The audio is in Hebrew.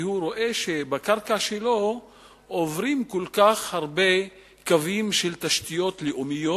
והוא רואה שבקרקע שלו עוברים כל כך הרבה קווים של תשתיות לאומיות,